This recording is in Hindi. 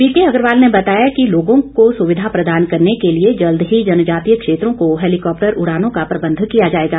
बीके अग्रवाल ने बताया कि लोगों को सुविधा प्रदान करने के लिए जल्द ही जनजातीय क्षेत्रों को हेलिकॉप्टर उड़ानों का प्रबंध किया जाएगा